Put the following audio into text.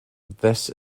this